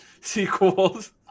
sequels